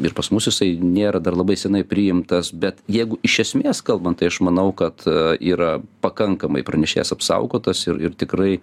ir pas mus jisai nėra dar labai senai priimtas bet jeigu iš esmės kalbant tai aš manau kad yra pakankamai pranešėjas apsaugotas ir ir tikrai